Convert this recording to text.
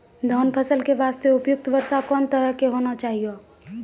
धान फसल के बास्ते उपयुक्त वर्षा कोन तरह के होना चाहियो?